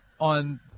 on